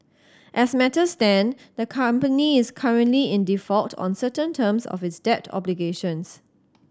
as matters stand the company is currently in default on certain terms of its debt obligations